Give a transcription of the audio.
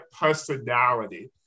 personality